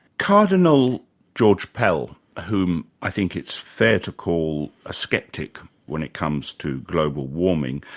cardinal george pell, whom i think it's fair to call a sceptic when it comes to global warming,